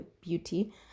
Beauty